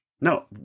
No